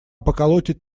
поколотит